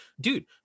dude